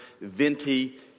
venti